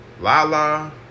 Lala